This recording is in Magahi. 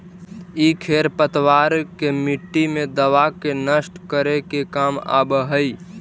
इ खेर पतवार के मट्टी मे दबा के नष्ट करे के काम आवऽ हई